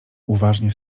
uważnie